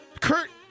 Kurt